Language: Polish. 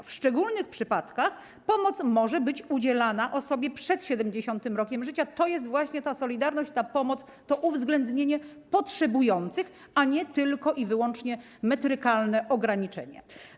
W szczególnych przypadkach pomoc może być udzielana osobie przed 70. rokiem życia, to jest właśnie ta solidarność, ta pomoc, to uwzględnienie potrzebujących, a nie tylko i wyłącznie metrykalne ograniczenie.